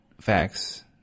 facts